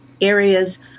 areas